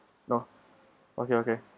no okay okay